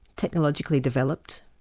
technologically developed,